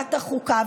בוועדת החוקה.